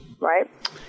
right